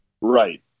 right